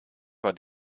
war